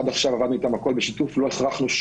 עד עכשיו עבדנו איתם, הכול בשיתוף, לא הכרחנו.